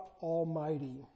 Almighty